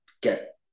get